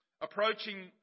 approaching